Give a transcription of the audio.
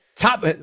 Top